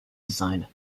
designer